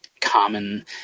common